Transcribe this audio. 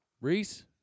Reese